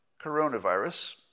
coronavirus